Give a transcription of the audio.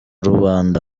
rubanda